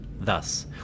Thus